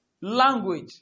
language